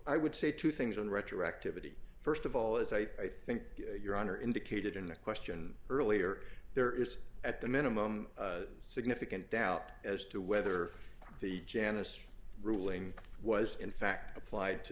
i would say two things on retroactivity st of all as i think your honor indicated in the question earlier there is at the minimum significant doubt as to whether the janice ruling was in fact applied to